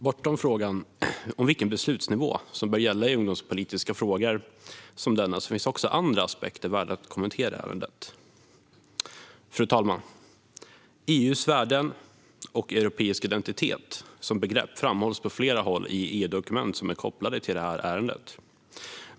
Bortom frågan om vilken beslutsnivå som bör gälla i ungdomspolitiska frågor som denna finns också andra aspekter värda att kommentera här. Fru talman! "EU:s värden" och "europeisk identitet" som begrepp framhålls på flera håll i EU-dokument kopplade till det här ärendet.